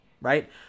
right